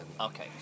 Okay